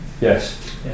Yes